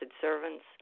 servants